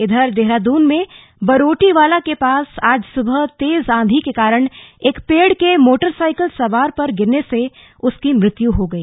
इधर देहरादून में बरोटीवाला के पास आज सुबह तेज आंधी के कारण एक पेड़ के मोटरसाइकिल सवार पर गिरने से उसकी मृत्यु हो गई